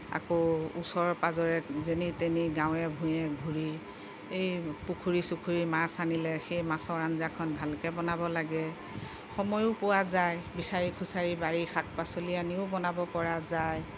আকৌ ওচৰে পাজৰে যেনি তেনি গাঁৱে ভূঞে ঘূৰি এই পুখুৰী চুখুৰী মাছ আনিলে সেই মাছৰ আঞ্জাখন ভালকৈ বনাব লাগে সময়ো পোৱা যায় বিচাৰি খুচৰি বাৰিৰ শাক পাচলি আনিও বনাব পৰা যায়